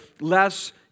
less